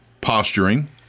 posturing